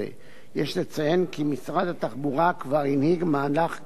יש לציין כי משרד התחבורה כבר הנהיג מהלך שכזה,